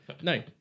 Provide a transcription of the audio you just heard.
no